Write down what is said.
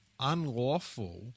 unlawful